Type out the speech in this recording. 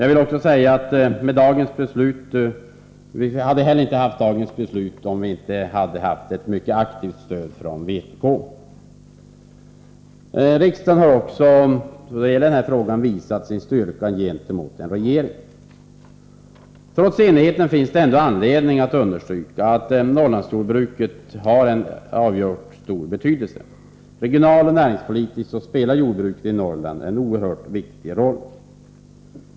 Vi hade inte heller haft dagens beslut om vi inte hade haft ett mycket aktivt stöd från vpk. Riksdagen har också då det gäller denna fråga visat sin styrka gentemot regeringen. Trots enigheten finns det anledning att understryka att Norrlandsjordbruket har en avgjort stor betydelse. Regionalpolitiskt och näringspolitiskt spelar jordbruket i Norrland en oerhört viktig roll.